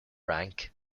rank